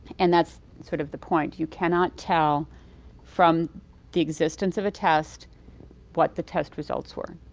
and that's sort of the point. you cannot tell from the existence of a test what the test results were.